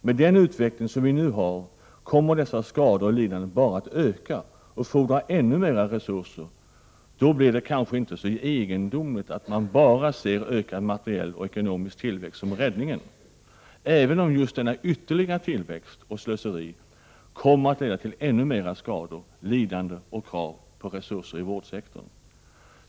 Med den utveckling som vi har nu kommer dessa skador och lidanden bara att öka och fordra ännu mera resurser. Då blir det kanske inte så egendomligt att man bara ser ökad materiell och ekonomisk tillväxt som räddningen, även om just denna ytterligare tillväxt och detta slöseri kommer att leda till ännu mer skador, lidanden och krav på resurser till vårdsektorn.